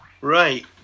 Right